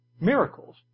miracles